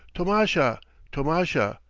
tomasha tomasha!